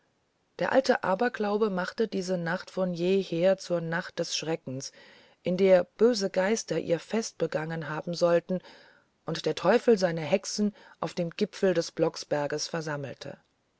der alte aberglaube machte diese nacht von jeher zur nacht des schreckens in der böse geister ihr fest begangen haben sollten und der teufel seine hexen auf dem gipfel des blocksberges versammelte